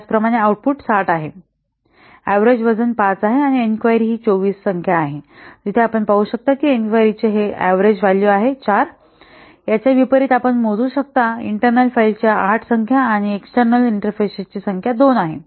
त्याचप्रमाणे आऊटपुट 60 आहे ऍव्हरेज वजन 5 आहे आणि एन्क्वायरी ही 24 संख्या आहे जिथे आपण पाहू शकता आणि एन्क्वायरीचे हे ऍव्हरेज व्हॅल्यू 4 आहे याच्या विपरीत आपण मोजू शकता इंटर्नल फाइल्सच्या 8 संख्या आणि एक्सटर्नल इंटरफेसची संख्या 2 आहे